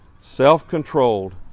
self-controlled